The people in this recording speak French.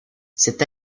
cet